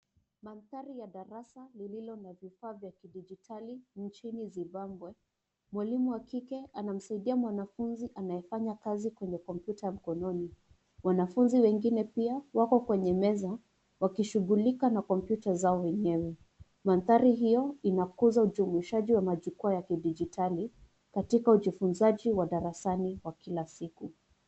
Mandhari ya darasa lililo na vifaa vya kidijitali nchini Zimbabwe ,mwalimu wa kike anamsaidia mwanafunzi anayefanya kazi kwenye kompyuta mkononi ,mwanafunzi wengine pia wako kwenye meza wakishughulika na kompyuta zao wenyewe, mandhari hiyo inakuza ujumuishaji wa majukwaa ya kidijitali katika ujifunzaji wa darasani kwa kila siku.